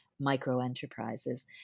microenterprises